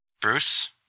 Bruce